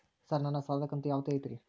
Sir ನನ್ನ ಸಾಲದ ಕಂತು ಯಾವತ್ತೂ ಐತ್ರಿ?